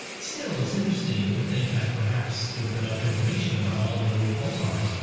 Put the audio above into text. still, it's interesting to think that perhaps with enough information about all the known pulsars,